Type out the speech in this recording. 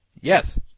Yes